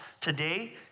today